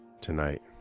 tonight